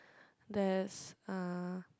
there's uh